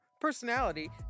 personality